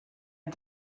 ond